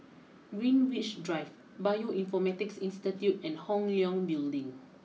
Greenwich Drive Bioinformatics Institute and Hong Leong Building